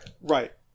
Right